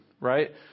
right